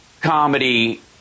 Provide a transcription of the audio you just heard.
comedy